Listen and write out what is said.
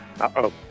Uh-oh